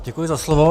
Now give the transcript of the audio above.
Děkuji za slovo.